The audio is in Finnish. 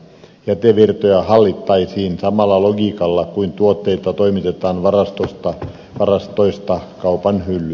jätevirtoja hallittaisiin samalla logiikalla kuin tuotteita toimitetaan varastoista kaupan hyllyille